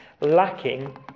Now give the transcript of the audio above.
lacking